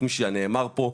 כפי שנאמר פה,